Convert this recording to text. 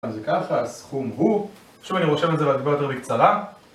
אז זה ככה הסכום הוא, שוב אני רושם את זה אבל טיפה יותר בקצרה